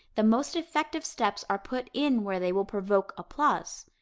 the most effective steps are put in where they will provoke applause.